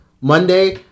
Monday